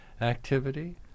activity